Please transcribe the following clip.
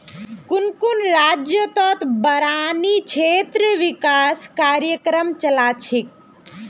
कुन कुन राज्यतत बारानी क्षेत्र विकास कार्यक्रम चला छेक